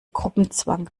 gruppenzwang